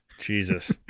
Jesus